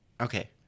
Okay